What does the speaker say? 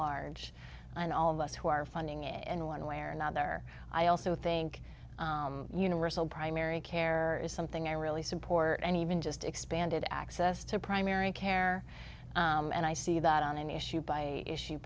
large and all of us who are funding it in one way or another i also think universal primary care is something i really support and even just expanded access to primary care and i see that on an issue by issue